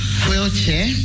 wheelchair